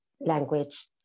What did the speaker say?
language